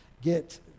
get